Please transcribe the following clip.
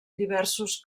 diversos